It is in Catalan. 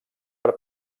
per